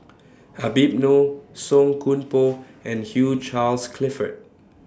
Habib Noh Song Koon Poh and Hugh Charles Clifford